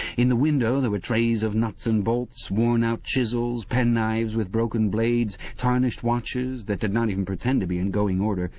in the window there were trays of nuts and bolts, worn-out chisels, penknives with broken blades, tarnished watches that did not even pretend to be in going order,